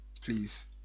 Please